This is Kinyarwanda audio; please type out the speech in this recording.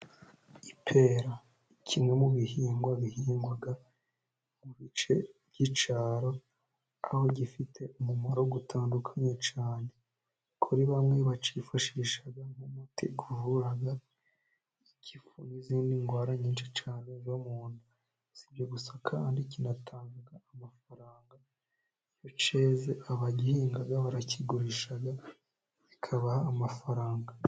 Ipera kimwe mu bihingwa bihingwa mu bice by'icyaro, aho gifite umumaro utandukanye cyane, kuri bamwe bacyifashisha nk'umuti uvura igifu n'izindi ndwara nyinshi cyane zo mu nda. Si ibyo gusa kandi kuko kinatanga amafaranga iyo keze abagihinga barakigurisha bikabaha amafaranga.